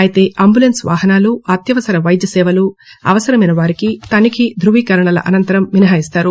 ఐతే ఆంటులొస్స్ వాహనాలు అత్యవసర వైద్య సేవలు అవసరమైన వారిని తనిఖీ ధృవీకరణల అనంతరం మినహాయిస్తారు